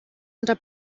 unter